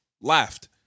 laughed